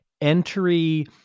entry